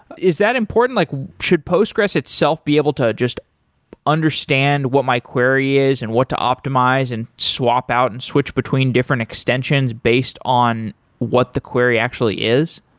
is that important? like should postgres itself be able to just understand what my query is and what to optimize and swap out and switch between different extensions based on what the query actually is?